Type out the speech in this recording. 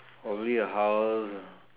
probably a house